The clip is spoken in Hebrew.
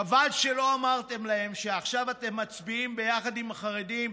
חבל שלא אמרתם להם שעכשיו אתם מצביעים ביחד עם החרדים,